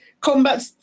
combat